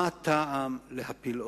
מה הטעם להפיל אותה?